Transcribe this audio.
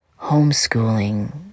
homeschooling